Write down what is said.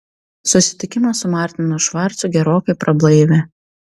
susitikimas su martinu švarcu gerokai prablaivė